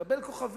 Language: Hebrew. הוא מקבל כוכבים.